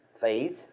faith